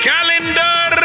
Calendar